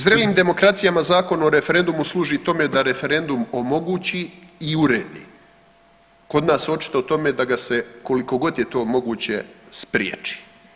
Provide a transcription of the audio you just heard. U zrelim demokracijama Zakon o referendumu služi tome da referendum omogući i uredi, kod nas očito tome da ga se koliko god je to moguće spriječi.